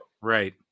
Right